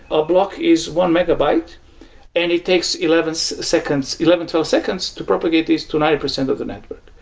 a block is one megabyte and it takes eleven so seconds, eleven, twelve seconds to propagate these to ninety percent of the network.